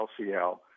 LCL